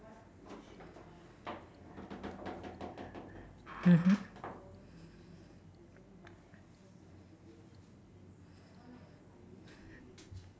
mmhmm